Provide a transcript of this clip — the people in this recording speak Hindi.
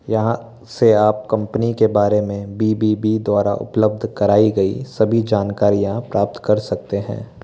यहाँ से आप कंपनी के बारे में बी बी बी द्वारा उपलब्ध कराई गई सभी जानकारियाँ प्राप्त कर सकते हैं